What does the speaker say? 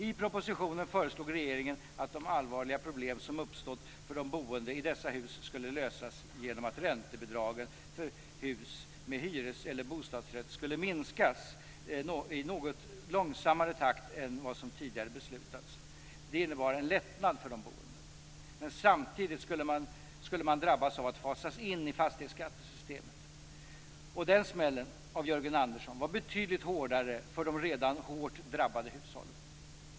I propositionen föreslog regeringen att de allvarliga problem som uppstått för de boende i dessa hus skulle lösas genom att räntebidragen för hus med hyres eller bostadsrätt skulle minskas i något långsammare takt än vad som tidigare beslutats om. Det innebar en lättnad för de boende. Men samtidigt skulle de drabbas av att fasas in i fastighetsskattesystemet, och den smällen av Jörgen Andersson var betydligt hårdare för de redan hårt drabbade hushållen.